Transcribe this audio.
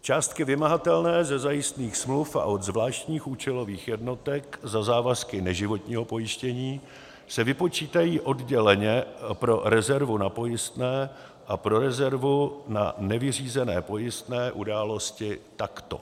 Částky vymahatelné ze zajistných smluv a od zvláštních účelových jednotek za závazky neživotního pojištění se vypočítají odděleně pro rezervu na pojistné a pro rezervu na nevyřízené pojistné události takto: